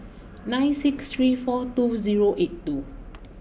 nine six three four two zero eight two